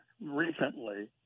recently